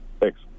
Thanks